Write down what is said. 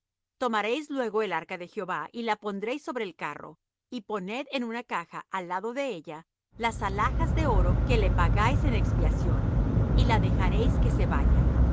tomaréis luego el arca de jehová y la pondréis sobre el carro y poned en una caja al lado de ella las alhajas de oro que le pagáis en expiación y la dejaréis que se vaya